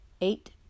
eight